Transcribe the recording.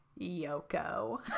Yoko